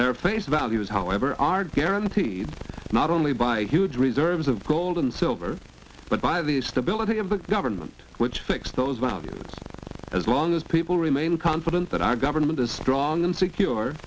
their face values however are guaranteed not only by huge reserves of gold and silver but by the stability of the government which fixed those about as long as people remain confident that our government is strong secure